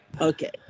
okay